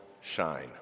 shine